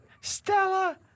Stella